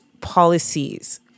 policies